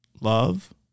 love